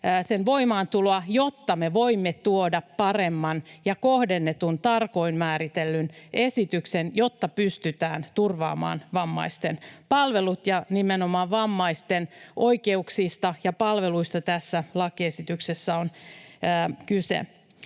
voimaantuloa, jotta me voimme tuoda paremman ja kohdennetun, tarkoin määritellyn esityksen, jotta pystytään turvaamaan vammaisten palvelut, ja nimenomaan vammaisten oikeuksista ja palveluista tässä lakiesityksessä on kyse.